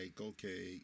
okay